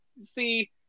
see